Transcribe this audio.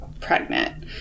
pregnant